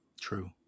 True